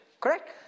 Correct